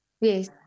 Yes